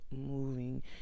moving